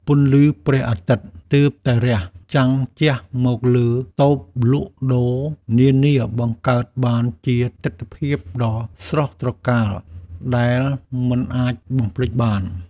ពន្លឺព្រះអាទិត្យទើបតែរះចាំងជះមកលើតូបលក់ដូរនានាបង្កើតបានជាទិដ្ឋភាពដ៏ស្រស់ត្រកាលដែលមិនអាចបំភ្លេចបាន។